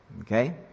Okay